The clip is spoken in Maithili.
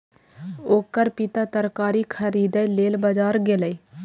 ओकर पिता तरकारी खरीदै लेल बाजार गेलैए